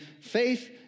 faith